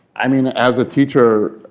i mean, as a teacher,